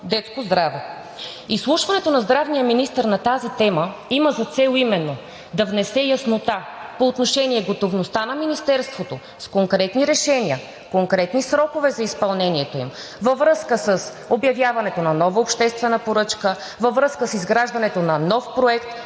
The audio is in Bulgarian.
„Детско здраве“. Изслушването на здравния министър на тази тема има за цел именно да внесе яснота по отношение готовността на Министерството с конкретни решения, конкретни срокове за изпълнението им във връзка с обявяването на нова обществена поръчка, във връзка с изграждането на нов проект